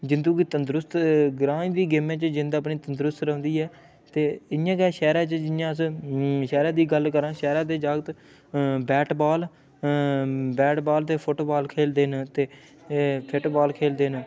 जिं'दू गी तंदरुस्त ग्राएं च बी गेमें च जिं'द अपनी तंदरुस्त रौंह्दी ऐ ते इ'यां गै शैह्रे च जि'यां अस शैह्रे दी गल्ल करां शैह्रे दे जागत अऽ बैट बाल अऽ बैट बाल ते फुट्टबाल खेलदे न ते अऽ फिट्टबाल खेलदे न